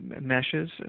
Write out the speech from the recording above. meshes